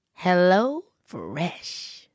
HelloFresh